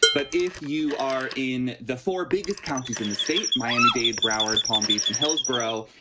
but if you are in the four biggest counties in the state, miami-dade, broward, palm beach and hillsborough,